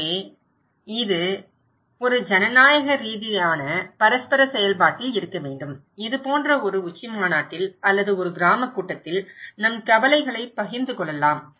எனவே இது ஒரு ஜனநாயக ரீதியான பரஸ்பர செயல்பாட்டில் இருக்க வேண்டும் இது போன்ற ஒரு உச்சிமாநாட்டில் அல்லது ஒரு கிராமக் கூட்டத்தில் நம் கவலைகளைப் பகிர்ந்து கொள்ளலாம்